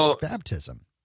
Baptism